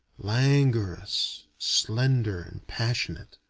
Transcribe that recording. languorous, slender and passionate.